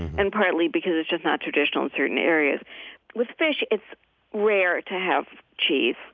and partly because it's just not traditional in certain areas with fish it's rare to have cheese.